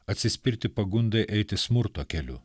atsispirti pagundai eiti smurto keliu